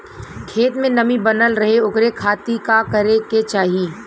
खेत में नमी बनल रहे ओकरे खाती का करे के चाही?